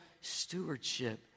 stewardship